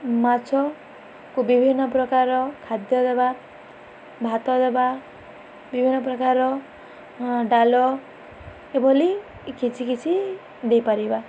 ମାଛକୁ ବିଭିନ୍ନ ପ୍ରକାର ଖାଦ୍ୟ ଦେବା ଭାତ ଦେବା ବିଭିନ୍ନ ପ୍ରକାର ଡାଳ ଏଭଳି କିଛି କିଛି ଦେଇପାରିବା